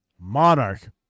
Monarch